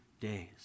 days